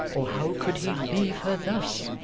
or how could he leave her thus?